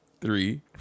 three